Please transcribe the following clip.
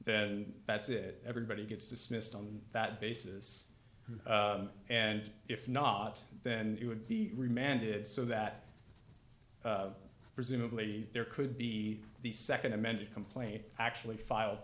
then that's it everybody gets dismissed on that basis and if not then it would be remanded so that presumably there could be the nd amended complaint actually filed